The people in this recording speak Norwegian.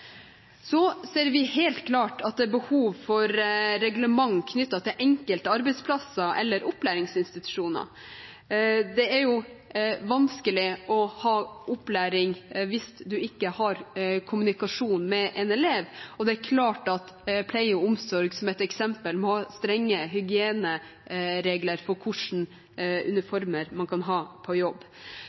ser helt klart at det er behov for reglement knyttet til enkelte arbeidsplasser eller opplæringsinstitusjoner. Det er vanskelig å ha opplæring hvis man ikke har kommunikasjon med en elev, og det er klart at man f.eks. innen pleie og omsorg må ha strenge hygieneregler for hva slags uniformer man kan ha på jobb.